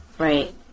Right